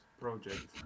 project